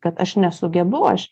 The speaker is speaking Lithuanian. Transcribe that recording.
kad aš nesugebu aš